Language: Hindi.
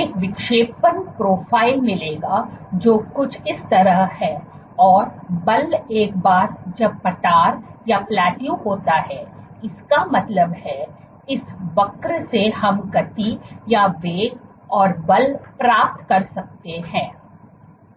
एक विक्षेपण प्रोफ़ाइल मिलेगा जो कुछ इस तरह है और बल एक बार जब पठार होता है इसका मतलब है इस वक्र से हम गति या वेग और बल प्राप्त कर सकते हैं